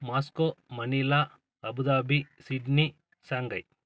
Moscow Manila Abu Dhabi Sydney Shanghai